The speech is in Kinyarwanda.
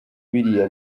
biriya